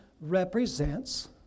represents